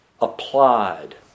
applied